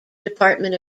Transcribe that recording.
department